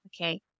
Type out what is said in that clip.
Okay